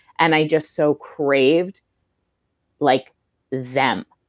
and i just so craved like them,